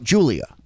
Julia